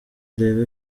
urebe